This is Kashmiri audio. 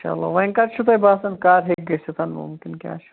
چلو وۅنۍ کَر چھُو تۅہہِ باسان کَر ہیٚکہِ گٔژھِتھ مُمکِن کیٛاہ چھُ